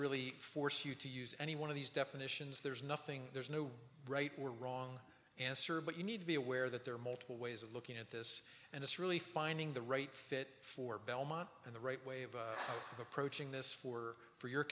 really force you to use any one of these definitions there's nothing there's no right or wrong answer but you need to be aware that there are multiple ways of looking at this and it's really finding the right fit for belmont and the right way of approaching this for for your